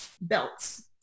belts